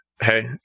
Hey